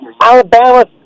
Alabama